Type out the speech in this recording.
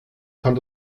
kann